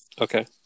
Okay